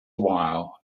while